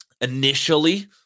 Initially